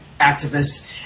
activist